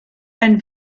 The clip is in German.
ein